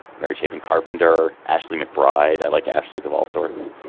merry haven carpenter ashley mcbride. i like ashley of all sorts.